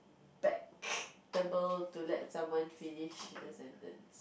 but better to let someone finish the sentence